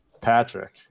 Patrick